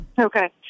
Okay